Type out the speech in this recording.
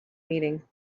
meeting